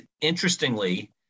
Interestingly